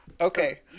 Okay